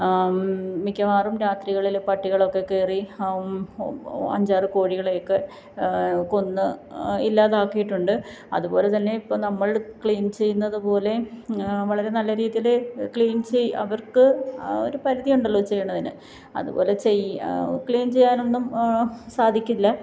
മിക്കവാറും രാത്രികളിൽ പട്ടികളൊക്കെ കയറി അഞ്ചാറ് കോഴികളെയൊക്കെ കൊന്ന് ഇല്ലാതാക്കിയിട്ടുണ്ട് അതുപോലെത്തന്നെ ഇപ്പം നമ്മൾ ക്ലീന് ചെയ്യുന്നതുപോലെ വളരെ നല്ല രീതിയിൽ ക്ലീന് അവര്ക്ക് ആ ഒരു പരിധിയുണ്ടല്ലോ ചെയ്യണതിന് അതുപോലെ ചെയ്യാൻ ക്ലീന് ചെയ്യാനൊന്നും സാധിക്കില്ല